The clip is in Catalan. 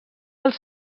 els